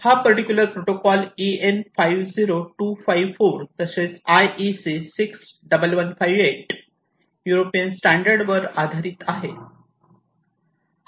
हा particular protocol EN50254 तसेच IEC 61158 European स्टॅंडवर स्टॅंडर्ड वर आधारित आहे